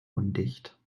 undicht